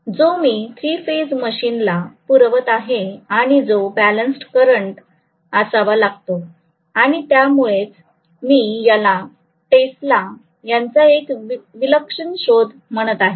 जो मी three phase machine ला पुरवत आहे आणि जो बॅलेन्सड करंट असावा लागतो आणि यामुळेच मी याला टेस्ला यांचा एक विलक्षण शोध म्हणत आहे